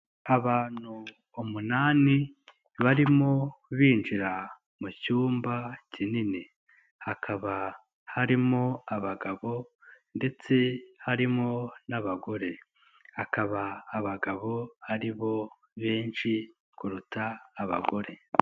Abantu umunani barimo binjira mu cyumba kinini. Hakaba harimo abagabo ndetse harimo n'abagore. Akaba abagabo ari bo benshi kuruta abagore.